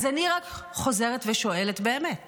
אז אני רק חוזרת ושואלת באמת